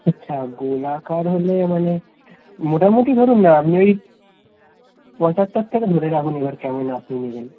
আচ্ছা ভোলা কাঠ হলে মানে মোটামুটি ধরুন না আপনি ওই পঞ্চাশ ষাট থেকে ধরে রাখুন এবার কেমন আপনি নেবেন